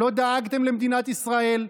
לא דאגתם למדינת ישראל.